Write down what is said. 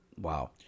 Wow